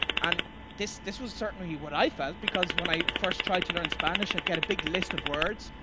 and this this was certainly what i felt because when i first tried to learn spanish, i get a big list of words,